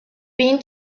been